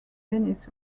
dennis